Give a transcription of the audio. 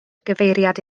gyfeiriad